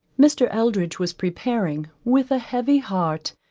mr. eldridge was preparing, with a heavy heart,